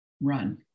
run